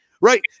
right